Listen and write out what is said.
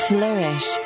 Flourish